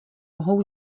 mohou